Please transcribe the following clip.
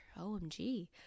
OMG